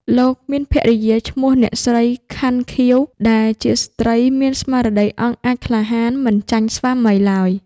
លោកមានភរិយាឈ្មោះថា អ្នកស្រី ខាន់ ខៀវ ដែលជាស្ត្រីមានស្មារតីអង់អាចក្លាហានមិនចាញ់ស្វាមីឡើយ។